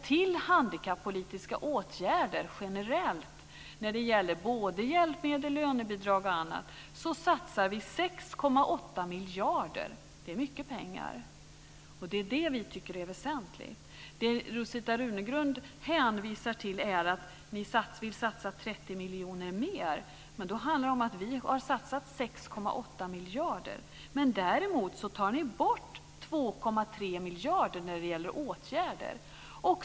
Till handikappolitiska åtgärder generellt när det gäller hjälpmedel, lönebidrag och annat satsar vi 6,8 miljarder, och det är mycket pengar. Detta tycker vi är väsentligt. Rosita Runegrund hänvisar till att ni vill satsa 30 miljoner mer men vi har ju satsat 6,8 miljarder! Däremot tar ni bort 2,3 miljarder när det gäller åtgärder.